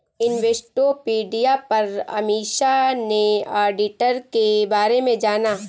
Investopedia पर अमीषा ने auditor के बारे में जाना